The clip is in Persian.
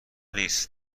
نیست